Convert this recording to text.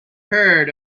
heard